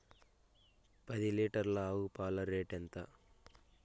పది లీటర్ల ఆవు పాల రేటు ఎంత?